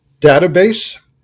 database